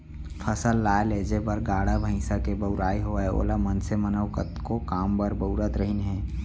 फसल लाए लेजे बर गाड़ा भईंसा के बउराई होवय ओला मनसे मन अउ कतको काम बर बउरत रहिन हें